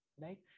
right